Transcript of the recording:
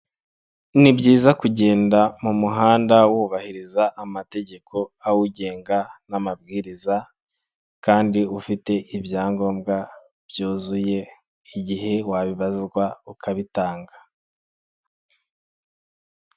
Ni byiza kugenda mu muhanda wubahiriza amategeko awugenga, n'amabwiriza kandi ufite ibyangombwa byuzuye igihe wabibazwa ukabitanga.